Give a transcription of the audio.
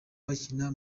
bakina